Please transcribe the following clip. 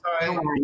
Sorry